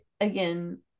again